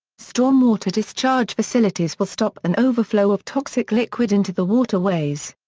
storm water discharge facilities will stop an overflow of toxic liquid into the waterways.